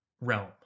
realm